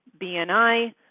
BNI